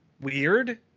weird